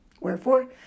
Wherefore